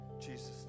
Jesus